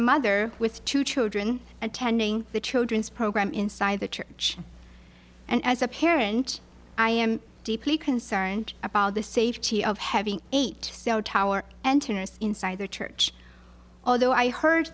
mother with two children attending the children's program inside the church and as a parent i am deeply concerned about the safety of having eight hour enters inside the church although i heard